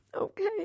Okay